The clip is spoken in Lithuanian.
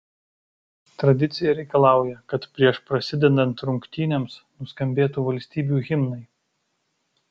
tradicija reikalauja kad prieš prasidedant rungtynėms nuskambėtų valstybių himnai